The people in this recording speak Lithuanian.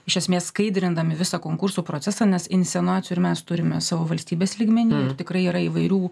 iš esmės skaidrindami visą konkursų procesą nes insinuacijų ir mes turime savo valstybės lygmeny tikrai yra įvairių